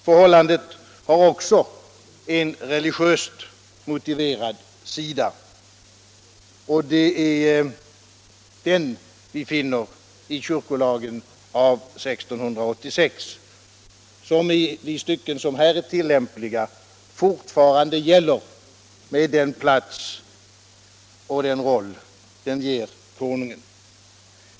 Förhållandet har också en religiöst motiverad sida, och det är den vi finner i kyrkolagen av år 1686, som i de stycken som här är tillämpliga fortfarande gäller, med den plats och den roll den ger konungen.